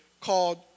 called